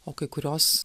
o kai kurios